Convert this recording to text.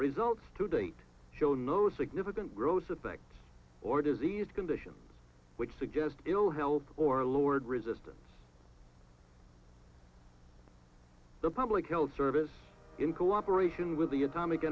results to date show no significant growth subject or disease conditions which suggest it will help or lowered resistance the public health service in cooperation with the atomic